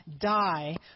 die